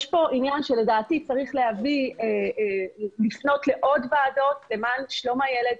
יש פה עניין שלדעתי צריך לפנות לעוד ועדות למען שלום הילד.